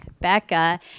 Becca